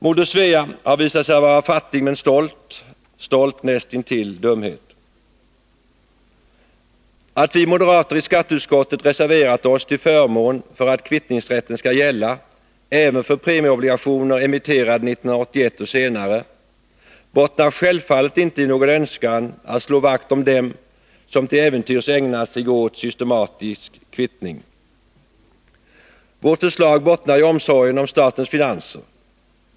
Moder Svea har visat sig vara fattig men stolt — stolt nästan intill dumhet. Att vi moderater i skatteutskottet reserverat oss till förmån för att kvittningsrätten skall gälla även för premieobligationer emitterade 1981 och senare bottnar självfallet inte i någon önskan att slå vakt om dem som till äventyrs ägnar sig systematiskt åt kvittning. Vårt förslag bottnar i omsorgen om statens finanser.